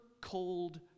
cold